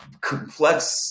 complex